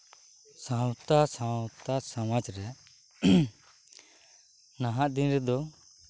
ᱥᱟᱱᱛᱟᱲ ᱥᱟᱶᱛᱟ ᱥᱚᱢᱟᱡ ᱨᱮ ᱱᱟᱦᱟᱜ ᱫᱤᱱ ᱨᱮᱫᱚ